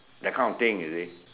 that kind of thing you see